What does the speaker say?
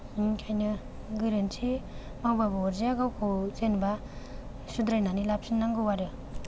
ओंखायनो गोरोन्थि मावबाबो अरजाया गावखौ जेनबा सुद्रायनानै लाफिन्नांगौ आरो